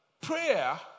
prayer